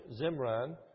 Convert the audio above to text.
Zimran